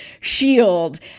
shield